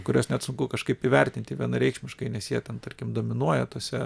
kuriuos net sunku kažkaip įvertinti vienareikšmiškai nes jie ten tarkim dominuoja tuose